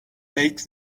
make